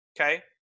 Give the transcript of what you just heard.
Okay